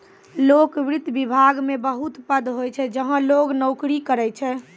लोक वित्त विभाग मे बहुत पद होय छै जहां लोग नोकरी करै छै